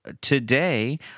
today